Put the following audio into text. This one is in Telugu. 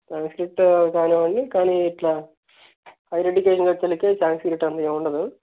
సంస్కృత కానివ్వండి కానీ ఇట్ల హైయర్ ఎడ్యుకేషన్ వచ్చేసరికి సంస్కృత అనేది ఏముండదు